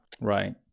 Right